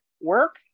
work